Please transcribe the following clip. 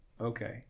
Okay